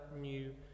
new